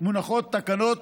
תקנות